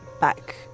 back